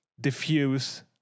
diffuse